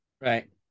right